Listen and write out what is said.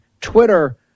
twitter